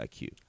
IQ